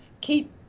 keep